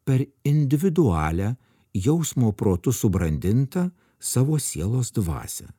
per individualią jausmo protu subrandintą savo sielos dvasią